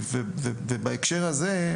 ובהקשר הזה,